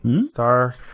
star